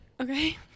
Okay